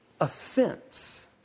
offense